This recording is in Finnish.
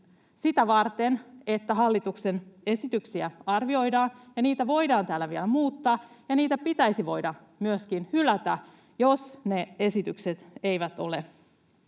sitä varten, että hallituksen esityksiä arvioidaan, ja niitä voidaan täällä vielä muuttaa. Ja niitä pitäisi voida myöskin hylätä, jos ne esitykset eivät ole